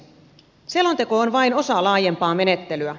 selonteko on vain osa laajempaa menettelyä